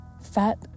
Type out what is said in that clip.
fat